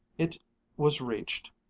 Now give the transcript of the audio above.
it was reached,